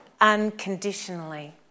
unconditionally